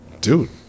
Dude